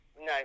No